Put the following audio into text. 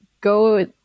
go